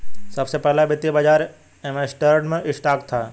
सबसे पहला वित्तीय बाज़ार एम्स्टर्डम स्टॉक था